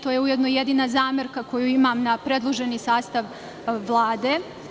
To je ujedno i jedina zamerka koju imam na predloženi sastav Vlade.